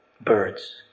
birds